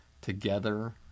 Together